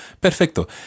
Perfecto